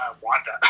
Wanda